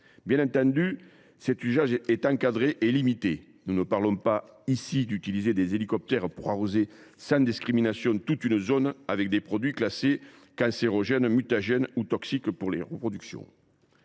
Bien entendu, cet usage est encadré et limité. Nous ne parlons pas d’utiliser des hélicoptères pour arroser sans discrimination toute une zone avec des produits classés cancérogènes, mutagènes et toxiques pour la reproduction